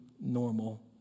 normal